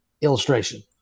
Illustration